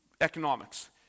economics